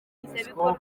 minispoc